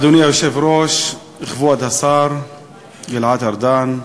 אדוני היושב-ראש, כבוד השר גלעד ארדן,